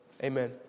Amen